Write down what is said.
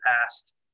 past